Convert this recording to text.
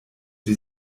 wie